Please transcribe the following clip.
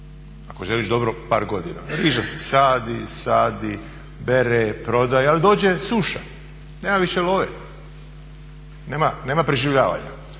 ako želiš dobro par godina. Riža se sadi, sadi, bere, prodaje, ali dođe suša, nema više love, nema preživljavanja.